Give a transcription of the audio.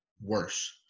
worse